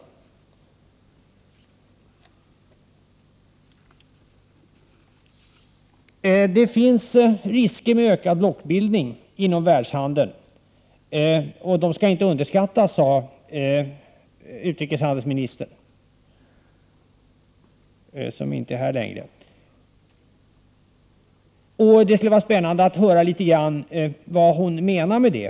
3 maj 1989 Det finns risker med ökad blockbildning inom världshandeln, och dessa skall inte underskattas, sade utrikeshandelsministern, som inte längre är närvarande i kammaren. Det skulle ha varit spännande att få höra vad hon menar med det.